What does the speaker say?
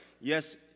Yes